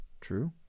true